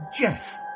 Jeff